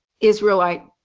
Israelite